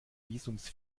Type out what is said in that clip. visums